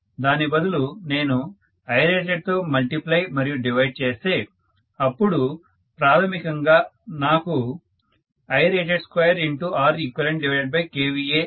దాని బదులు నేను Irated తో మల్టీప్లై మరియు డివైడ్ చేస్తే అప్పుడు ప్రాథమికంగా నాకు Irated2ReqkVA వస్తుంది